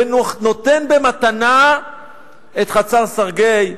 ונותן במתנה את חצר-סרגיי.